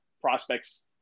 prospects